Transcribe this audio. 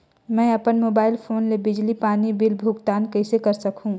मैं अपन mobile phone ले बिजली पानी बिल भुगतान कइसे कर सकहुं?